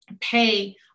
pay